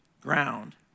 ground